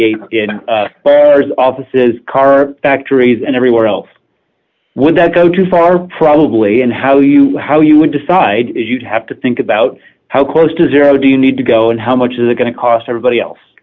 gate bars offices car factories and everywhere else would that go too far probably and how you how you would decide you'd have to think about how close to zero do you need to go and how much is it going to cost everybody else